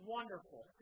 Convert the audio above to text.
Wonderful